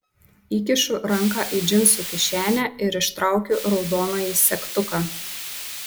įkišu ranką į džinsų kišenę ir ištraukiu raudonąjį segtuką